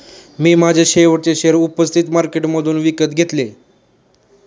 मी माझे शेवटचे शेअर उपस्थित मार्केटमधून विकत घेतले